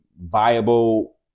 viable